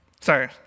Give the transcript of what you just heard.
Sorry